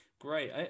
great